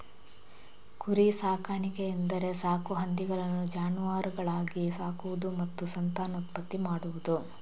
ಹಂದಿ ಸಾಕಾಣಿಕೆ ಎಂದರೆ ಸಾಕು ಹಂದಿಗಳನ್ನು ಜಾನುವಾರುಗಳಾಗಿ ಸಾಕುವುದು ಮತ್ತು ಸಂತಾನೋತ್ಪತ್ತಿ ಮಾಡುವುದು